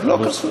לא קרסו.